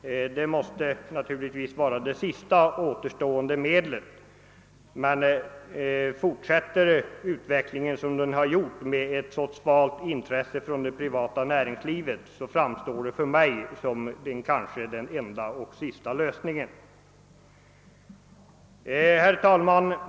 Detta måste naturligtvis vara det sista återstående medlet, men fortsätter utvecklingen som den har gått, med ett så svalt intresse hos det privata näringslivet, framstår detta för mig som den kanske enda lösningen. Herr talman!